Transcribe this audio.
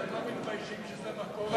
אתם לא מתביישים שזה מקור,